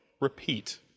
repeat